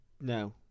No